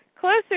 Closer